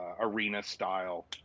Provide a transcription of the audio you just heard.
arena-style